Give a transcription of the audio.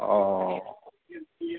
অ